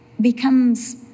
becomes